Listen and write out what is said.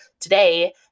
today